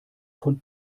von